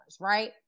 right